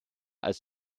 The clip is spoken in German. als